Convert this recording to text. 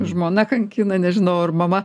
žmona kankina nežinau ar mama